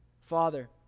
Father